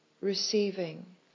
receiving